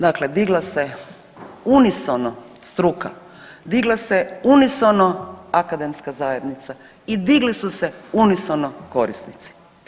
Dakle, digla se unisono struka, digla se unisono akademska zajednica i digli su se unisono korisnici.